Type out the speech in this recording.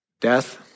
Death